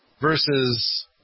versus